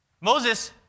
Moses